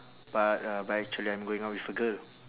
but uh but actually I'm going out with a girl